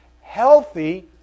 healthy